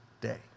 day